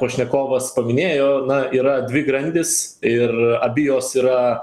pašnekovas paminėjo na yra dvi grandis ir abi jos yra